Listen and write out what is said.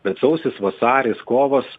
bet sausis vasaris kovas